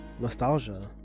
Nostalgia